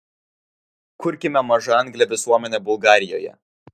kurkime mažaanglę visuomenę bulgarijoje